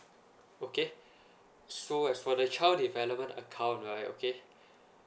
okay so as for the child development account right okay